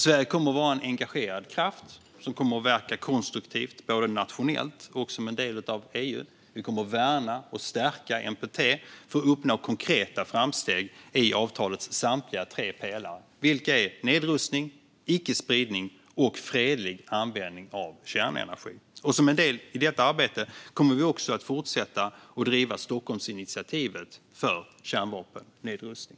Sverige kommer att vara en engagerad kraft som kommer att verka konstruktivt, både nationellt och som en del av EU. Vi kommer att värna och stärka NPT för att uppnå konkreta framsteg i avtalets samtliga tre pelare: nedrustning, icke-spridning och fredlig användning av kärnenergi. Som en del i detta arbete kommer vi också att fortsätta driva Stockholmsinitiativet för kärnvapennedrustning.